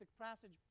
passage